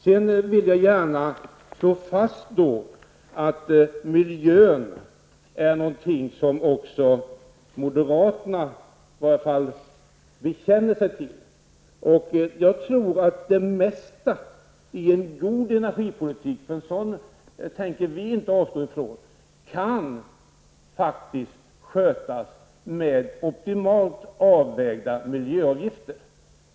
Sedan vill jag gärna slå fast att värnandet om miljön är någonting som också moderaterna i varje fall bekänner sig till. Vad gäller en god energipolitik, för en sådan tänker inte vi avstå ifrån, tror jag att det mesta faktiskt kan skötas med optimalt avvägda miljöavgifter.